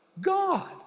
God